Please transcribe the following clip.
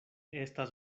estas